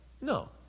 No